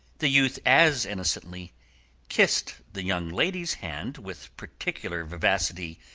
the youth as innocently kissed the young lady's hand with particular vivacity,